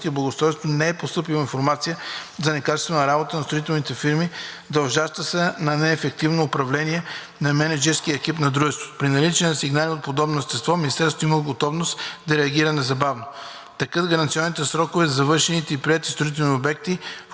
и благоустройството не е постъпвала информация за некачествена работа на строителни фирми, дължаща се на неефективно управление на мениджърския екип на дружеството. При наличие на сигнали от подобно естество Министерството има готовност да реагира незабавно. Текат гаранционни срокове за завършените и приети строителни обекти,